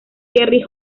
kerry